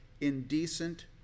indecent